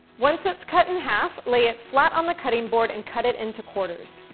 once it's cut in half, lay it flat on the cutting board and cut it into quarters.